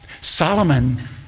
Solomon